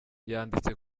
yanditse